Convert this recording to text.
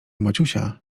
maciusia